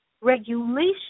regulation